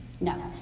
No